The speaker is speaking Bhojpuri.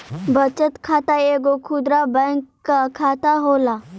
बचत खाता एगो खुदरा बैंक कअ खाता होला